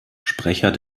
sprecher